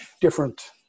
different